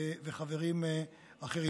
וחברים אחרים.